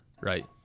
right